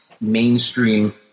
mainstream